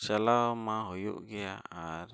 ᱪᱟᱞᱟᱣ ᱢᱟ ᱦᱩᱭᱩᱜ ᱜᱮᱭᱟ ᱟᱨ